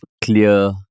clear